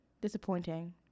Disappointing